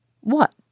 What